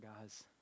guys